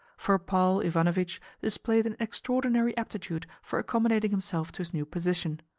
for paul ivanovitch displayed an extraordinary aptitude for accommodating himself to his new position.